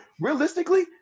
realistically